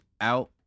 out